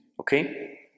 Okay